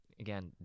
Again